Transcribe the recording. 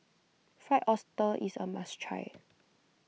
Fried Oyster is a must try